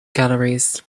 galleries